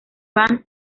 band